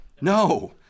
No